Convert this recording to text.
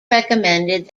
recommended